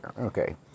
Okay